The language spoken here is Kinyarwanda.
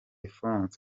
defense